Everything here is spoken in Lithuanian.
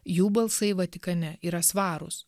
jų balsai vatikane yra svarūs